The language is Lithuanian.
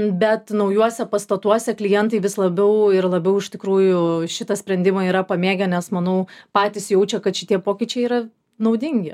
bet naujuose pastatuose klientai vis labiau ir labiau iš tikrųjų šitą sprendimą yra pamėgę nes manau patys jaučia kad šitie pokyčiai yra naudingi